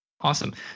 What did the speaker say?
Awesome